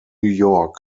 york